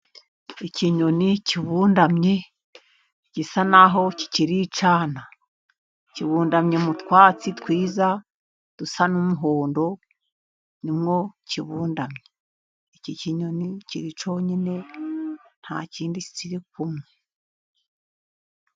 Ikinyoni kibundamye gisa naho kikiri icyana, kibundamye mu twatsi twiza , dusa n'umuhondo nimwo kibundamye, iki kinyoni kiri cyonyine nta kindi kiri kumwe.